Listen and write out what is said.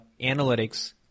analytics